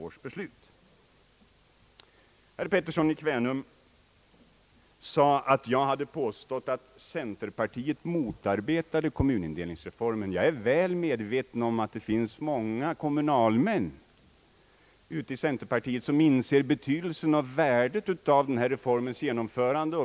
Herr Harald Pettersson sade att jag påstått att centerpartiet motarbetade kommunindelningsreformen. Jag är väl medveten om att det inom centerpartiet finns många kommunalmän som inser betydelsen och värdet av reformens genomförande.